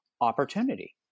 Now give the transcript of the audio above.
opportunity